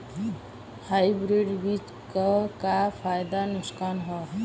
Hybrid बीज क का फायदा नुकसान ह?